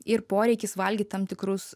ir poreikis valgyt tam tikrus